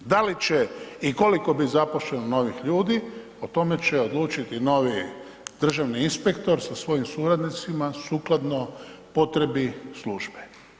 Da li će i koliko biti zaposlenih novih ljudi o tome će odlučiti novi državni inspektor sa svojim suradnicima sukladno potrebi službe.